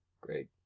Great